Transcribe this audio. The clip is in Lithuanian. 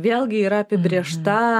vėlgi yra apibrėžta